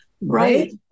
Right